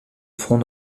front